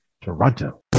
Toronto